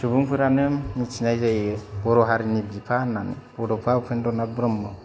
सुबुंफोरानो मिथिनाय जायो बर' हारिनि बिफा होननानै बड'फा उपेन्द्र नाथ ब्रह्म